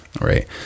right